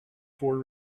four